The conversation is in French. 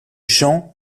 jean